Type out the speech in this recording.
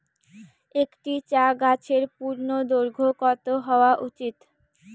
একটি চা গাছের পূর্ণদৈর্ঘ্য কত হওয়া উচিৎ?